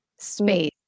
space